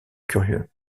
curieux